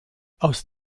aus